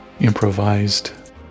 improvised